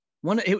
one